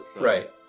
Right